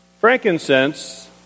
Frankincense